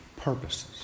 purposes